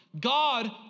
God